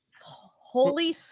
Holy